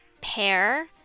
pear